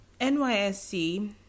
NYSC